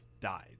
died